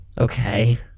Okay